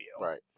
Right